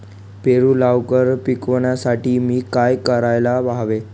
पेरू लवकर पिकवण्यासाठी मी काय करायला हवे?